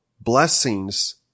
blessings